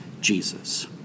Jesus